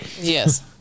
Yes